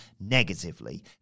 negatively